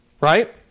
Right